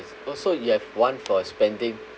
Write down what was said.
so you have one for spending